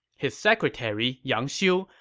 his secretary, yang xiu,